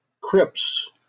crypts